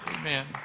Amen